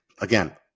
Again